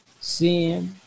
sin